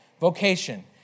Vocation